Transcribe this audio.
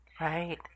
Right